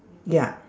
ya